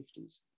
1950s